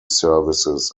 services